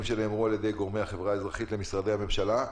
שנאמרו על-ידי גורמי החברה האזרחית למשרדי הממשלה.